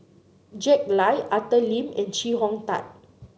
Jack Lai Arthur Lim and Chee Hong Tat